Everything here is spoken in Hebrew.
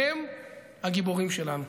הם הגיבורים שלנו.